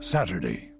Saturday